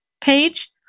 page